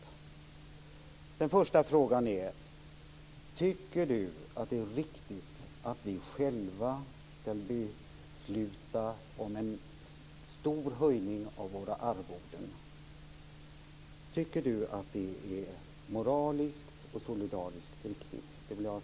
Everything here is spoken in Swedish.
För det första: Tycker Göran Magnusson att det är riktigt att vi själva skall besluta om en stor höjning av våra arvoden? Är det moraliskt och solidariskt riktigt?